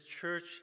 church